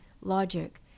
logic